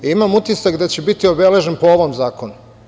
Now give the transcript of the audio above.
Imam utisak je će biti obeležen po ovom zakonu.